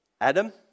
Adam